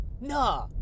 Nah